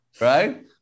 Right